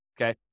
okay